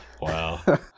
Wow